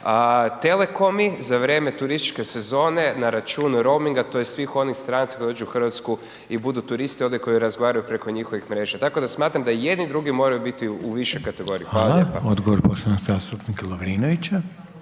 telekomi za vrijeme turističke sezone na račun rominga tj. svih onih stranaca koji dođu u RH i budu turisti ovdje i koji razgovaraju preko njihovih mreža. Tako da smatram da i jedni i drugi moraju biti u višoj kategoriji. **Reiner, Željko (HDZ)** Hvala, odgovor poštovanog zastupnika Lovrinovića.